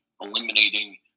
eliminating